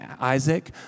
Isaac